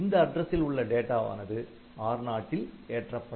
இந்த அட்ரசில் உள்ள டேட்டாவானது R0 ல் ஏற்றப்படும்